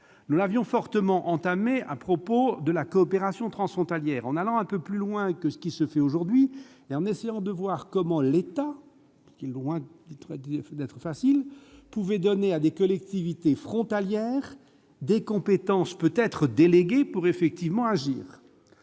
Nous l'avions fait à propos de la coopération transfrontalière, en allant un peu plus loin que ce qui se fait aujourd'hui et en essayant de voir comment l'État, qui est loin d'être facile, pouvait donner à des collectivités frontalières des compétences déléguées pour agir.